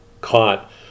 caught